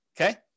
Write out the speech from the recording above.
okay